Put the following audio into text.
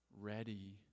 ready